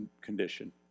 condition